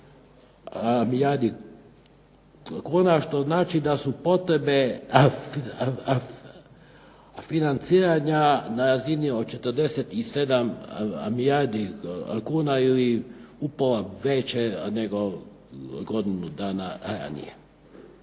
što znači da su potrebe financiranja na razini od 47 milijardi kuna ili upola veće nego godinu dana ranije.